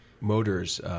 motors –